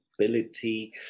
ability